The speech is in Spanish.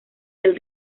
del